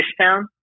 Fishtown